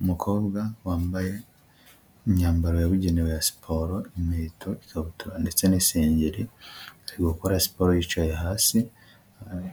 Umukobwa wambaye imyambaro yabugenewe ya siporo, inkweto, ikabutura ndetse n'isengeri, ari gukora siporo yicaye hasi,